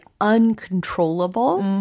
uncontrollable